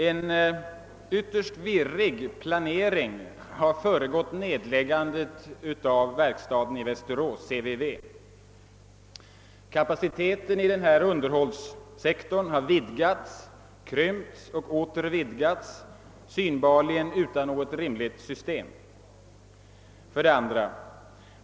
En ytterst virrig planering har föregått nedläggandet av verkstaden i Västerås, CVV. Kapaciteten på denna underhållssektor har vidgats, krympts och åter vidgats — synbarligen utan något rimligt system. 2.